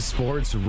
Sports